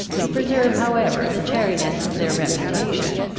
to preserve however the chariness of their reputation,